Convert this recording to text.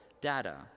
data